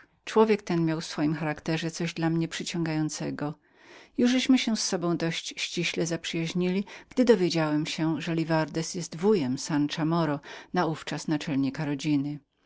człowiek ten miał w swoim charakterze coś dla mnie przyciągającego już byliśmy się z sobą dość ściśle zaprzyjaźnili gdy dowiedziałem się że livardez był wujem sansza moro naówczas naczelnika rodziny